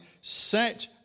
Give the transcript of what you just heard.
set